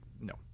No